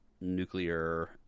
nuclear